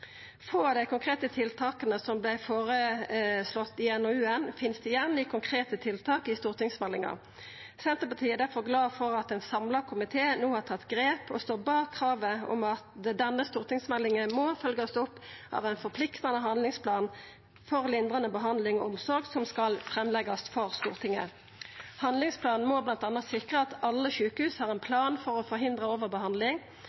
Få av dei konkrete tiltaka som vart føreslåtte i NOU-en, finst igjen i konkrete tiltak i stortingsmeldinga. Senterpartiet er difor glad for at ein samla komité no har tatt grep og står bak kravet om at denne stortingsmeldinga må følgjast opp av ein forpliktande handlingsplan for lindrande behandling og omsorg, som skal leggjast fram for Stortinget. Handlingsplanen må bl.a. sikra at alle sjukehus har ein